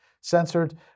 censored